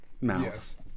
mouth